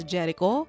Jericho